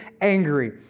angry